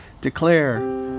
declare